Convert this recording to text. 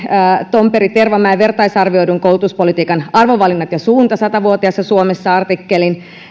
tomperin ja tervamäen vertaisarvioidun artikkelin koulutuspolitiikan arvovalinnat ja suunta satavuotiaassa suomessa